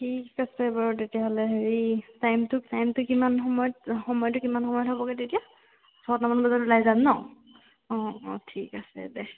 ঠিক আছে বাৰু তেতিয়াহ'লে হেৰি টাইমটো টাইমটো কিমান সময়ত সময়টো কিমান সময়ত হ'বগৈ তেতিয়া ছটামান বজাত ওলাই যাম ন অঁ অঁ ঠিক আছে দে